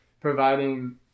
providing